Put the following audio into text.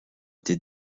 été